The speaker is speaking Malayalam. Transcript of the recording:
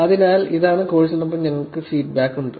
അതിനാൽ ഇതാണ് കോഴ്സിനൊപ്പം ഞങ്ങൾക്ക് ഫീഡ്ബാക്ക് ഉണ്ട്